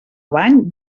bany